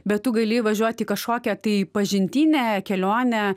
bet tu gali įvažiuoti į kažkokią tai pažintinę kelionę